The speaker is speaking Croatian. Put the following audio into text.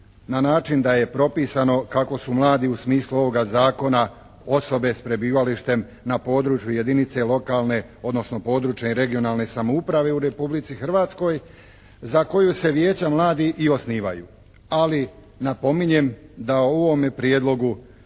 na način da je propisano kako su mladi u smislu ovoga zakona osobe sa prebivalištem na području jedinice lokalne odnosno područne i regionalne samouprave u Republici Hrvatskoj za koju se Vijeća mladih i osnivaju. Ali napominjem da u ovome prijedlogu